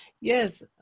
yes